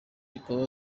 bikaba